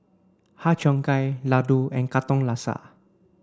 Har Cheong Gai Laddu and Katong Laksa